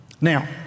Now